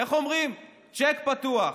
איך אומרים, צ'ק פתוח.